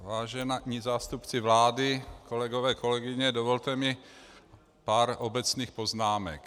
Vážení zástupci vlády, kolegové, kolegyně, dovolte mi pár obecných poznámek.